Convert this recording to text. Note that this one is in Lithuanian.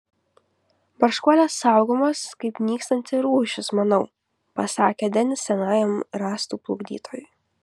barškuolės saugomos kaip nykstanti rūšis manau pasakė denis senajam rąstų plukdytojui